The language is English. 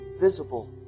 visible